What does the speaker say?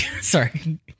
Sorry